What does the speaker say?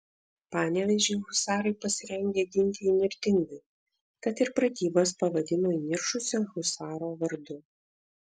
panevėžį husarai pasirengę ginti įnirtingai tad ir pratybas pavadino įniršusio husaro vardu